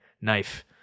knife